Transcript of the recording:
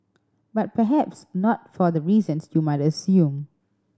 but perhaps not for the reasons you might assume